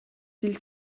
dil